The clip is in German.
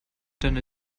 deiner